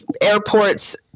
airports